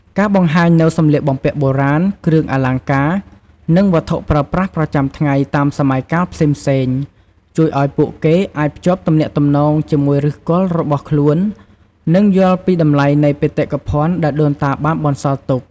ការបង្ហាញនូវសម្លៀកបំពាក់បុរាណ គ្រឿងអលង្ការ និងវត្ថុប្រើប្រាស់ប្រចាំថ្ងៃតាមសម័យកាលផ្សេងៗ ជួយឱ្យពួកគេអាចភ្ជាប់ទំនាក់ទំនងជាមួយឫសគល់របស់ខ្លួន និងយល់ពីតម្លៃនៃបេតិកភណ្ឌដែលដូនតាបានបន្សល់ទុក។